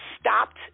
stopped